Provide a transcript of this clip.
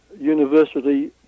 University